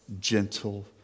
gentle